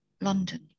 London